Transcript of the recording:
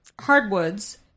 hardwoods